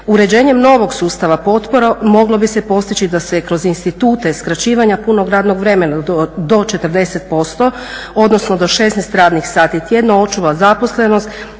Uređenjem novog sustava potpora moglo bi se postići da se kroz institute skraćivanja punog radnog vremena do 40%, odnosno do 16 radnih sati tjedno očuva zaposlenost